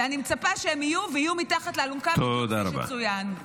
אני מצפה שהם יהיו ויהיו מתחת לאלונקה, כפי שצוין.